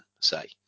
say